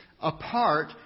apart